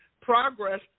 progress